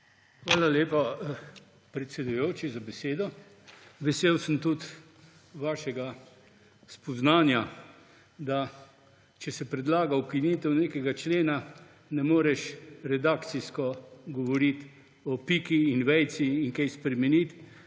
Hvala lepa, predsedujoči, za besedo. Vesel sem tudi vašega spoznanja, da če se predlaga ukinitev nekega člena, ne moreš redakcijsko govoriti o piki in vejici in kaj spremeniti.